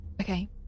Okay